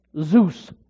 Zeus